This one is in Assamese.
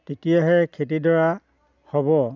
তেতিয়াহে খেতিডৰা হ'ব